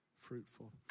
fruitful